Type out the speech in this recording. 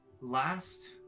last